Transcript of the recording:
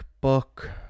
book